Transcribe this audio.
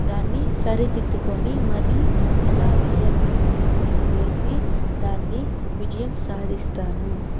దాన్ని సరిదిద్దుకొని మరి ఎలా వేయాలి అనేసి నేను వేసి దాన్ని విజయం సాధిస్తాను